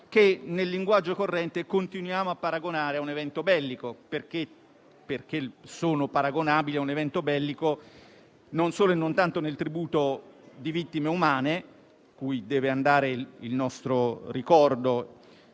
che nel linguaggio corrente continuiamo a paragonare a un evento bellico: sono ad esso paragonabili non solo e non tanto nel tributo di vittime umane, cui deve andare il nostro ricordo,